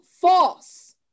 false